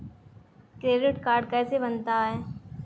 Credit card कैसे बनता है?